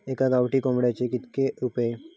एका गावठी कोंबड्याचे कितके रुपये?